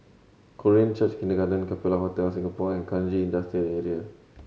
Korean Church Kindergarten Capella Hotel Singapore and Kranji Industrial